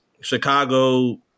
Chicago